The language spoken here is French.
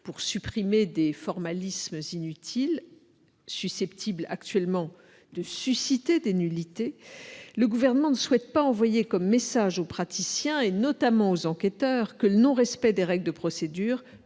pour supprimer des formalismes inutiles, susceptibles d'entraîner actuellement des nullités, il ne souhaite pas envoyer comme message aux praticiens, notamment aux enquêteurs, que le non-respect des règles de procédure